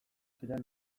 ziren